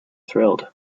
thrilled